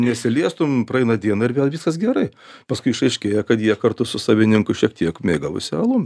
nesiliestum praeina diena ir vėl viskas gerai paskui išaiškėja kad jie kartu su savininku šiek tiek mėgavosi alum